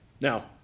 Now